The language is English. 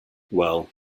well